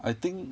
I think